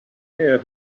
here